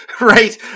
right